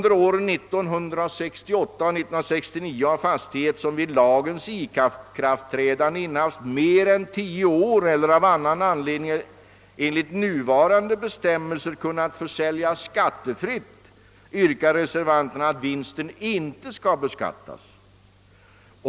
1969 av fastighet som vid lagens ikraftträdande innehafts mer än tio år eller av annan anledning enligt nuvarande bestämmelser kunnat försäljas skattefritt yrkar reservanterna att vinsten inte skall beskattas.